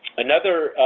another